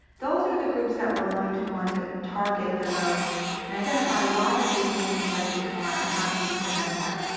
those are the groups that we're going to want to target the most and identify why are they being infected or and how can we prevent that?